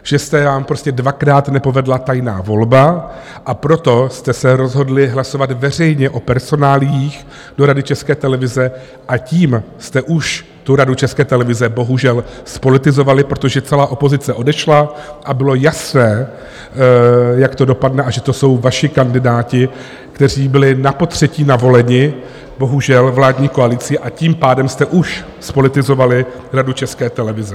Že se vám prostě dvakrát nepovedla tajná volba, a proto jste se rozhodli hlasovat veřejně o personáliích do Rady České televize, a tím jste už tu Radu České televize bohužel zpolitizovali, protože celá opozice odešla a bylo jasné, jak to dopadne a že to jsou vaši kandidáti, kteří byli napotřetí navoleni bohužel vládní koalicí, a tím pádem jste už zpolitizovali Radu České televize.